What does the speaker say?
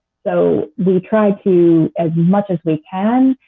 so we try to, as much as we can,